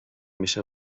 میشه